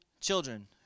children